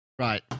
Right